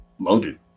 Loaded